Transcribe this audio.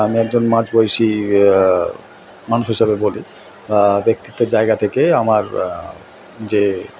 আমি একজন মাঝ বয়সি মানুষ হিসাবে বলি ব্যক্তিত্বর জায়গা থেকে আমার যে